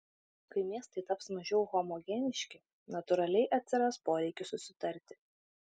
kai miestai taps mažiau homogeniški natūraliai atsiras poreikis susitarti